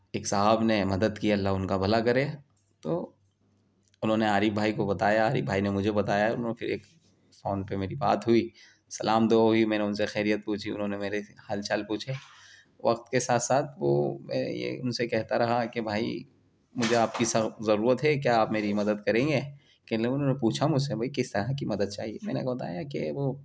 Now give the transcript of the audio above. ایک صاحب نے مدد کی اللہ ان کا بھلا کرے تو انہوں نے عارف بھائی کو بتایا عارف بھائی نے مجھے بتایا ان لوگوں کی ایک فون پہ میری بات ہوئی سلام دعا ہوئی میں نے ان سے خیریت پوچھی انہوں نے میرے حال چال پوچھے وقت کے ساتھ ساتھ وہ یہ ان سے کہتا رہا کہ بھائی مجھے آپ کی سخت ضرورت ہے کیا آپ میری مدد کریں گے پہلے انہوں نے پوچھا مجھ سے بھئی کس طرح کی مدد چاہیے میں نے بتایا کہ وہ